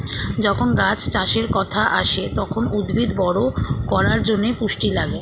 যখন গাছ চাষের কথা আসে, তখন উদ্ভিদ বড় করার জন্যে পুষ্টি লাগে